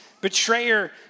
betrayer